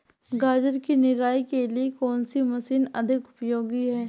गाजर की निराई के लिए कौन सी मशीन अधिक उपयोगी है?